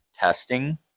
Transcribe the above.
testing